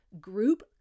group